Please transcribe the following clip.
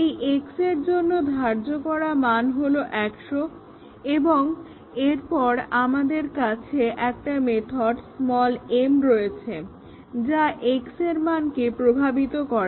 এই x এর জন্য ধার্য করা মান হলো 100 এবং এরপর আমাদের কাছে একটা মেথড m রয়েছে যা x এর মানকে প্রভাবিত করে